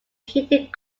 heated